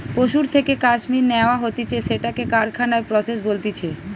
পশুর থেকে কাশ্মীর ন্যাওয়া হতিছে সেটাকে কারখানায় প্রসেস বলতিছে